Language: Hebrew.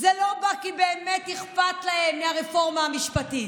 זה לא בא כי באמת אכפת להם מהרפורמה המשפטית.